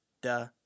duh